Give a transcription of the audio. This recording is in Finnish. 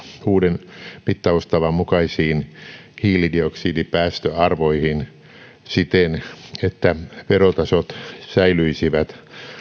uuden mittaustavan mukaisiin hiilidioksidipäästöarvoihin siten että verotasot säilyisivät